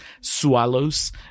swallows